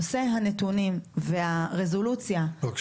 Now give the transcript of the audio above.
בנושא הנתונים והרזולוציה --- לא,